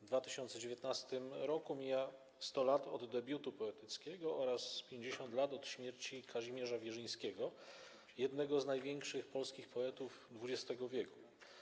W 2019 r. mija 100 lat od debiutu poetyckiego oraz 50 lat od śmierci Kazimierza Wierzyńskiego - jednego z największych polskich poetów XX w.